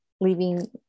leaving